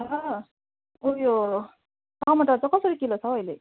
छ ऊ यो टमाटर चाहिँ कसरी किलो छ हौ अहिले